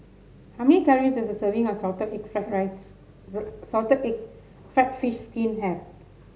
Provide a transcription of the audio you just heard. how many calories does a serving of Salted Egg Fried Rice Salted Egg fried fish skin have